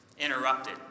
interrupted